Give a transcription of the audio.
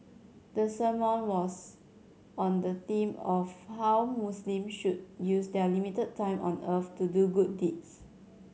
the sermon was on the theme of how Muslims should use their limited time on earth to do good deeds